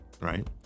Right